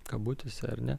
kabutėse ar ne